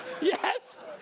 Yes